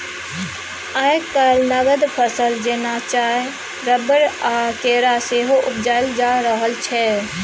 आइ काल्हि नगद फसल जेना चाय, रबर आ केरा सेहो उपजाएल जा रहल छै